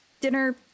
dinner